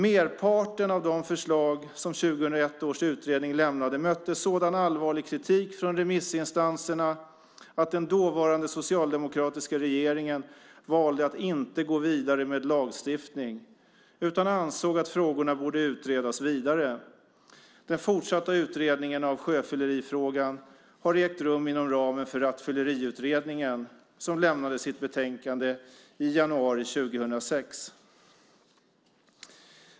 Merparten av de förslag som 2001 års utredning avlämnade mötte sådan allvarlig kritik från remissinstanserna att den dåvarande socialdemokratiska regeringen valde att inte gå vidare med lagstiftning utan ansåg att frågorna borde utredas vidare. Den fortsatta utredningen av sjöfyllerifrågan har ägt rum inom ramen för Rattfylleriutredningen som avlämnade sitt betänkande i januari 2006.